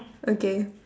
okay